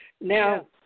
Now